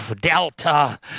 Delta